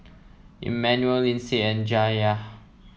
Emmanuel Lindsay and Jayla